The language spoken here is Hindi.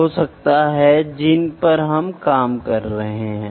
तो वह माप अस्पताल ले जाने और रक्तचाप लेने की तुलना में अधिक उपयुक्त है